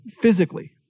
physically